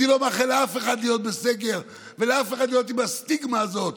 אני לא מאחל לאף אחד להיות בסגר ולהיות עם הסטיגמה הזאת,